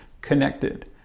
connected